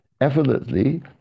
effortlessly